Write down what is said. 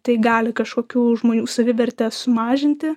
tai gali kažkokių žmonių savivertę sumažinti